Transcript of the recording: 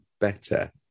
better